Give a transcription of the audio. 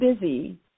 busy